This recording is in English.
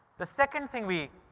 the second thing we